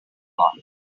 got